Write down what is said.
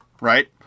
right